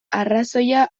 arrazoia